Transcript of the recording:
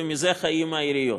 ומזה חיות העיריות.